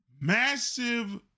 massive